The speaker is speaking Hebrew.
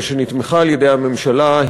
ושנתמכה על-ידי הממשלה,